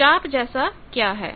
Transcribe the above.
यह चाप जैसा क्या है